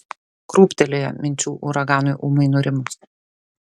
krūptelėjo minčių uraganui ūmai nurimus